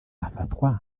afatwa